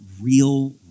real